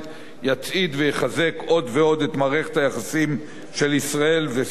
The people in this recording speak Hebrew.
יצעיד ויחזק עוד ועוד את מערכת היחסים של ישראל וסין,